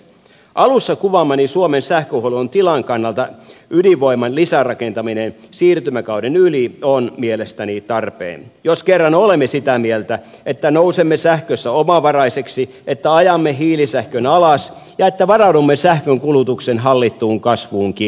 alussa kuvaamani suomen sähköhuollon tilan kannalta ydinvoiman lisärakentaminen siirtymäkauden yli on mielestäni tarpeen jos kerran olemme sitä mieltä että nousemme sähkössä omavaraiseksi että ajamme hiilisähkön alas ja että varaudumme sähkönkulutuksen hallittuun kasvuunkin